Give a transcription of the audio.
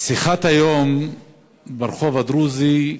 שיחת היום ברחוב הדרוזי,